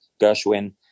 Gershwin